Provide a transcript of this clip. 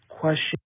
Question